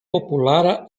populara